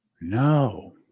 No